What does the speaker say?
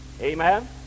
Amen